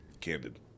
candid